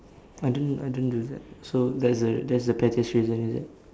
I don't I don't do that so that's the that's the pettiest reason is it